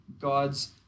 God's